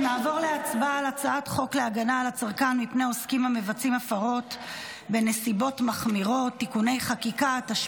כי הצעת חוק למניעת פגיעה כלכלית בצרכן (תיקוני חקיקה),